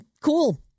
cool